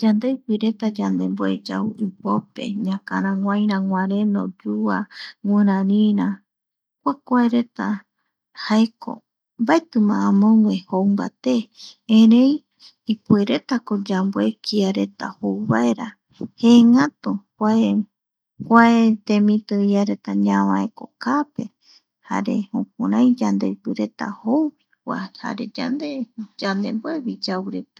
Yandeipireta yandemboe yau iguope, ñakaraguaira, guareno, yua, guirarira, jokuareta jaeko mbaetima amogue amoguereta jou mbaté erei ipueretako kiareta yamboe kiareta jou vaereta jëëngatu kuae kuae tembiti iareta ñavaeko kaape jare jukurai yandeipireta jouvi kua jare yande yandemboevi yau.